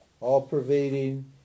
all-pervading